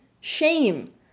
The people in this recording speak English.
shame